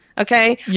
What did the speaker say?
okay